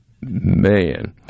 man